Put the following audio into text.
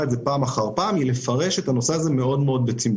את זה היא לפרש את הנושא הזה מאוד בצמצום.